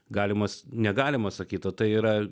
galimas negalima sakyti tai yra